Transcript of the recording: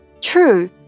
True